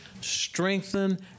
strengthen